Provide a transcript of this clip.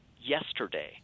yesterday